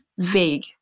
vague